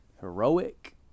heroic